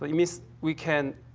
ah it means we can